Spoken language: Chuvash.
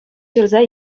ҫырса